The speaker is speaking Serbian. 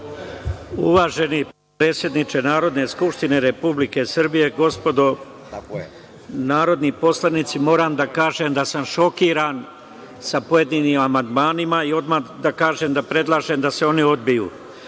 Uvaženi predsedniče Narodne skupštine Republike Srbije, gospodo narodni poslanici, moram da kažem da sam šokiran sa pojedinim amandmanima i odmah da kažem da predlažem da se oni odbiju. Radi